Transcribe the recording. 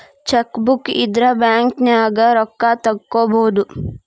chequebook ಇದ್ರ ಬ್ಯಾಂಕ್ನ್ಯಾಗ ರೊಕ್ಕಾ ತೊಕ್ಕೋಬಹುದು